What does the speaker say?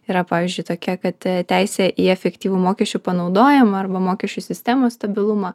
yra pavyzdžiui tokia kad teisė į efektyvų mokesčių panaudojimą arba mokesčių sistemos stabilumą